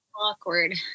Awkward